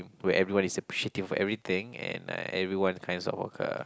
where everyone is appreciative of everything and uh everyone kinds of work a